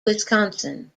wisconsin